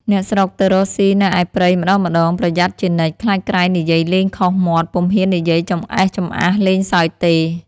អ្នកស្រុកទៅរកសុីនៅឯព្រៃភ្នំម្ដងៗប្រយ័ត្នជានិច្ច ខ្លាចក្រែងនិយាយលេងខុសមាត់ ពុំហ៊ាននិយាយចម្អេះចំអាសលេងសើចទេ។